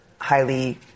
highly